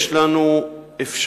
יש לנו אפשרות,